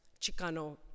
Chicano